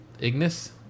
Ignis